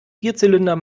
vierzylinder